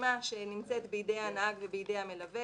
ברשימה שנמצאת בידי הנהג ובידי המלווה